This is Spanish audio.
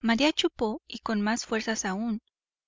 maría chupó y con más fuerza aún